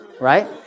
right